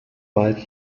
wald